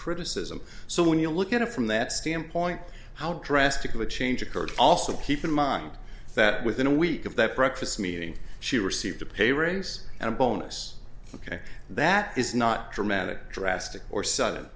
criticism so when you look at it from that standpoint how drastic of a change occurred also keep in mind that within a week of that breakfast meeting she received a pay raise and a bonus ok that is not dramatic drastic or